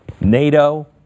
NATO